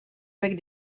avec